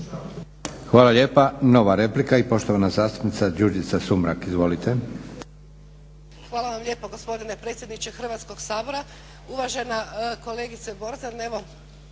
Hvala lijepa. Nova replika i poštovana zastupnica Đurđica Sumrak. **Sumrak, Đurđica (HDZ)** Hvala vam lijepa gospodine predsjedniče Hrvatskog sabora. Uvažena kolegice Borzan, evo